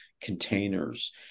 containers